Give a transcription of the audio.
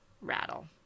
rattle